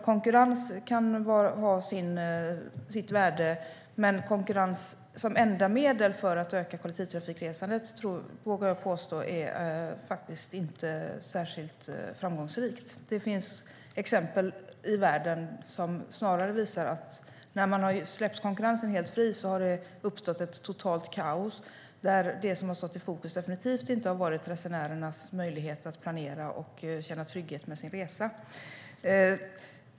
Konkurrens kan ha sitt värde, men konkurrens som enda medel för att öka kollektivtrafikresandet vågar jag påstå inte är särskilt framgångsrikt. Det finns exempel i världen som snarare visar att när man har släppt konkurrensen helt fri har det uppstått totalt kaos där det som har stått i fokus definitivt inte har varit resenärernas möjlighet att planera och känna trygghet med sin resa.